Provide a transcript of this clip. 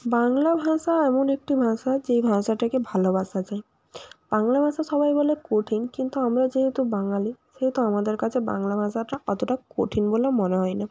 বাংলা ভাষা এমন একটি ভাষা যে ভাষাটাকে ভালোবাসা যায় বাংলা ভাষা সবাই বলে কঠিন কিন্তু আমরা যেহেতু বাঙালি সেহেতু আমাদের কাছে বাংলা ভাষাটা অতটা কঠিন বলে মনে হয় না